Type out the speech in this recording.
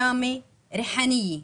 ראמה, ריחאניה.